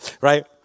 right